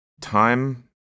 time